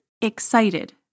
excited